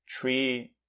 three